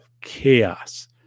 chaos